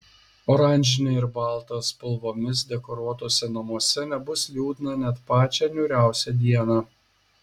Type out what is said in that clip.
oranžine ir balta spalvomis dekoruotuose namuose nebus liūdna net pačią niūriausią dieną